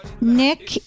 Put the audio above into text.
Nick